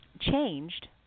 changed